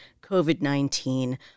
COVID-19